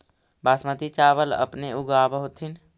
बासमती चाबल अपने ऊगाब होथिं?